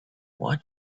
what